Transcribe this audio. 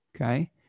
okay